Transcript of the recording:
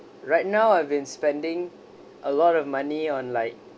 right now I've been spending a lot of money on like